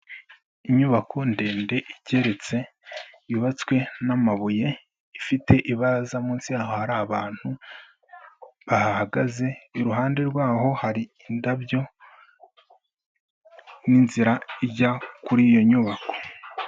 Inyubako ndende igeretse, yubatswe n'amabuye, ifite ibaraza munsi hari abantu bahagaze, iruhande rw'aho hari indabyo, n'inzira ijya kuri iyo nyubako.